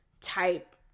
type